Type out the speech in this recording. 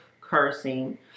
cursing